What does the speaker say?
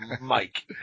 Mike